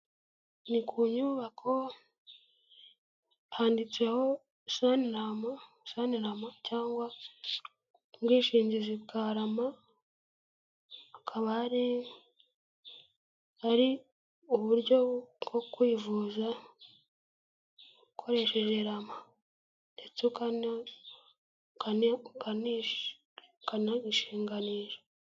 Ni ku nyubako handitseho sunirama cyangwa ubwishingizi bwa rama akaba ari ari uburyo bwo kwivuza ukoresheje rama ndetse ukanishinganisha.